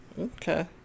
Okay